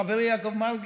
חברי יעקב מרגי,